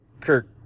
Kirk